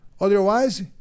Otherwise